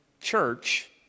church